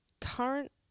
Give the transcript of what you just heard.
current